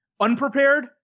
unprepared